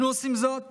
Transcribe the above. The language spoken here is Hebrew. אנו עושים זאת